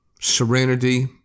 serenity